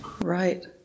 Right